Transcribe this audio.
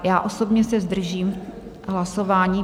Já osobně se zdržím hlasování.